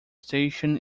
station